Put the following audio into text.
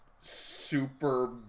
super